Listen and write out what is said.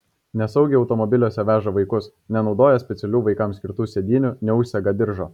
nesaugiai automobiliuose veža vaikus nenaudoja specialių vaikams skirtų sėdynių neužsega diržo